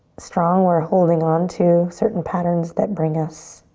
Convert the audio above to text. strong we're holding on to certain patterns that bring us